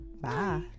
Bye